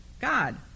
God